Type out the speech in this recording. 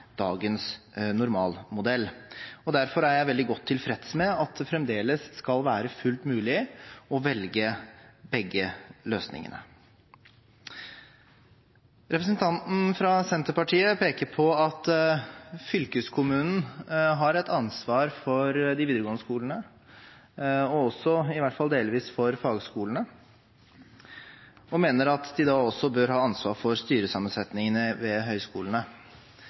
dagens normalmodell. Derfor er jeg veldig godt tilfreds med at det fremdeles skal være fullt mulig å velge begge løsningene. Representanten fra Senterpartiet peker på at fylkeskommunen har et ansvar for de videregående skolene og også, i hvert fall delvis, for fagskolene, og mener at de da også bør ha ansvar for styresammensetningene ved høyskolene.